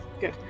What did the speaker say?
good